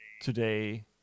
today